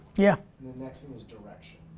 yeah. the next thing is direction.